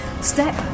Step